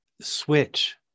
switch